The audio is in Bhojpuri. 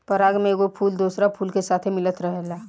पराग में एगो फूल दोसरा फूल के साथे मिलत रहेला